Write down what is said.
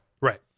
right